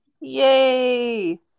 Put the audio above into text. Yay